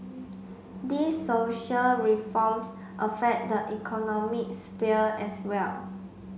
these social reforms affect the economic sphere as well